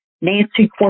Nancy